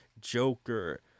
joker